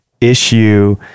issue